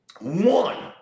One